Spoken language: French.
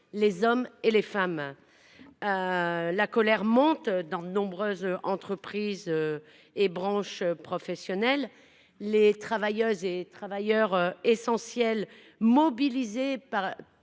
les hommes et les femmes. La colère monte au sein de nombreuses entreprises et branches professionnelles ; les travailleurs essentiels mobilisés